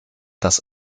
das